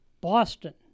Boston